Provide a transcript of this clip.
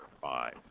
five